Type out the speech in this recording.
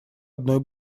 одной